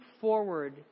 forward